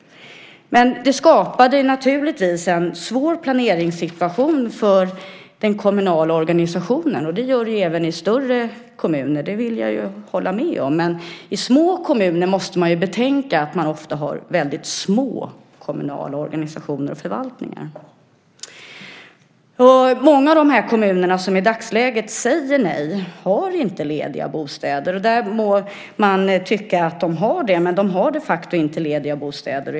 Det skapade naturligtvis en svår planeringssituation för den kommunala organisationen. Det gör det ju även i större kommuner. Det håller jag med om. Man måste tänka på att man i små kommuner ofta har väldigt små kommunala organisationer och förvaltningar. Många av de kommuner som i dagsläget säger nej har inte lediga bostäder. Man må tycka att de har det, men de har de facto inte lediga bostäder.